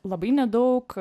labai nedaug